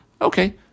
Okay